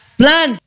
plan